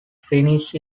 finished